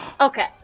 okay